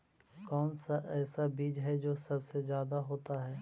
कौन सा ऐसा बीज है जो सबसे ज्यादा होता है?